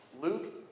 Luke